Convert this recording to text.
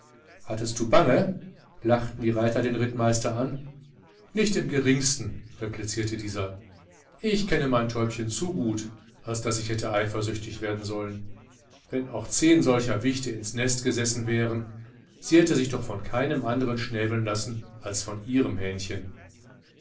hattest du bange lachten die reiter den rittmeister an nicht im geringsten replizierte dieser ich kenne mein täubchen zu gut als daß ich hätte eifersüchtig werden sollen wenn auch zehn solcher wichte ins nest gesessen wären sie hätte sich doch von keinem andern schnäbeln lassen als von ihrem hähnchen